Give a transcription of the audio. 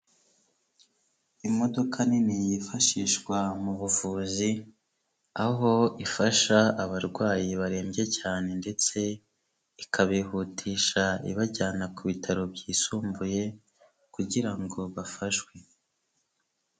Imodoka nini yifashishwa mu buvuzi aho ifasha abarwayi barembye cyane ndetse ikabihutisha ibajyana ku bitaro by'isumbuye kugira ngo bafashwe.